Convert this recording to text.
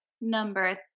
number